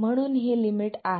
म्हणून हे लिमिट आहे